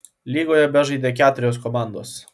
lygoje bežaidė keturios komandos